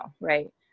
right